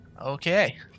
Okay